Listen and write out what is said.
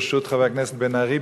ברשות חבר הכנסת בן-ארי,